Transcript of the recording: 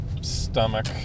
stomach